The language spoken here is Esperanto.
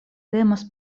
temas